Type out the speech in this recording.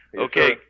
Okay